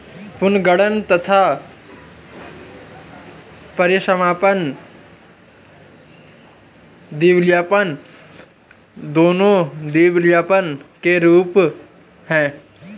पुनर्गठन तथा परीसमापन दिवालियापन, दोनों दिवालियापन के रूप हैं